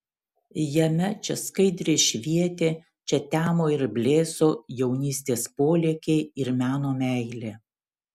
jame čia skaidriai švietė čia temo ir blėso jaunystės polėkiai ir meno meilė